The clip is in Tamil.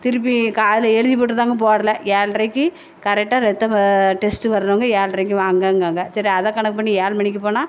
திருப்பி காலையில் எழுதி மட்டும் தாங்க போடில் ஏல்ரைக்கு கரெக்டாக ரத்த டெஸ்ட்டு பண்ணுறவங்க ஏழுரைக்கி வாங்கங்காங்க சரி அதை கணக்கு பண்ணி ஏழு மணிக்கு போனால்